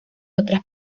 otras